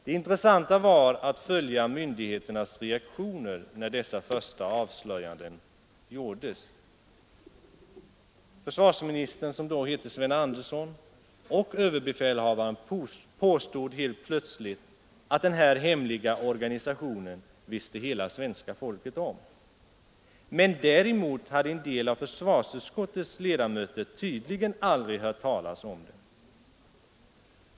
Det intressanta var att följa myndigheternas reaktioner när dessa första avslöjanden gjordes. Försvarsministern, som då hette Sven Andersson, och överbefälhavaren påstod helt plötsligt att den här hemliga organisationen visste hela svenska folket om. Men däremot hade en del av försvarsutskottets ledamöter tydligen aldrig hört talas om den.